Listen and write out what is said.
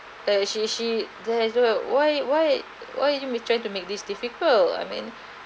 there she she there is why why why you miss trying to make this difficult I mean